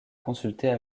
consulter